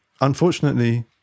unfortunately